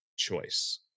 choice